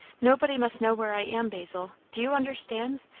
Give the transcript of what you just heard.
nobody must know where i am, basil do you understand?